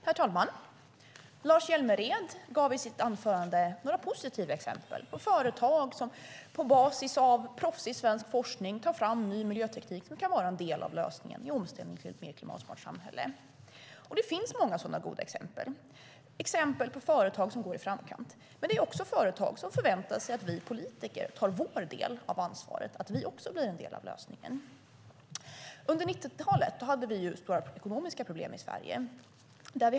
Herr talman! Lars Hjälmered gav i sitt anförande några positiva exempel på företag som på basis av proffsig svensk forskning tar fram ny miljöteknik som kan vara en del av lösningen i omställningen till ett mer klimatsmart samhälle. Det finns många sådana goda exempel på företag i framkant. Men det är också företag som förväntar sig att vi politiker tar vår del av ansvaret och blir en del av lösningen. Under 90-talet hade vi stora ekonomiska problem i Sverige.